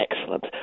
Excellent